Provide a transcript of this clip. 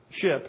ship